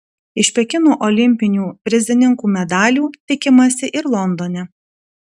iš pekino olimpinių prizininkų medalių tikimasi ir londone